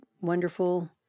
wonderful